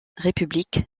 république